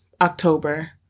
October